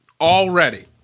Already